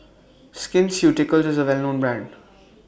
Skin Ceuticals IS A Well known Brand